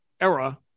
era